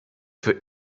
für